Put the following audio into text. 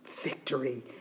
victory